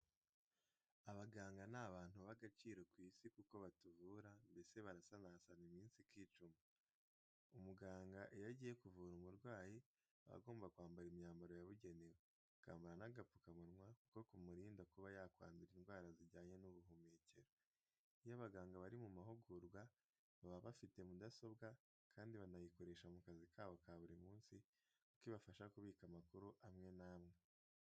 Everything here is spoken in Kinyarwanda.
Abaganga ni abantu b'agaciro ku isi kuko batuvura, mbese barasanasana iminsi ikicuma. Umugana iyo agiye kuvura umurwayi, aba agomba kwambara imyambaro yabugenewe, akambara n'agapfukamunwa kuko kamurinda kuba yakwandura indwara zijyanye n'ubuhumekero. Iyo abaganga bari mu mahugurwa baba bafite mudasobwa kandi banayikoresha mu kazi kabo ka buri munsi, kuko ibafasha kubika amakuru amwe n'amwe.